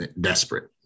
desperate